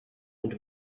und